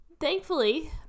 thankfully